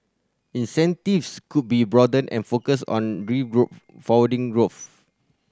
incentives could be broadened and focused on growth